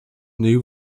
new